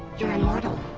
you're immortal.